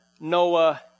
Noah